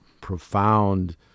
profound